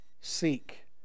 seek